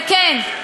וכן,